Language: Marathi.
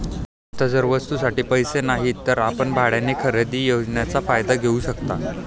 आता जर वस्तूंसाठी पैसे नाहीत तर आपण भाड्याने खरेदी योजनेचा फायदा घेऊ शकता